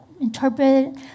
interpret